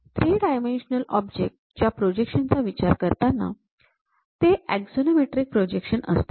३ dimensional object च्या projection चा विचार करताना ते अक्झॉनॉमेट्रीक प्रोजेक्शन असते